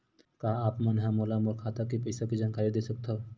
का आप मन ह मोला मोर खाता के पईसा के जानकारी दे सकथव?